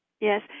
Yes